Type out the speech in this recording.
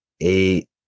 eight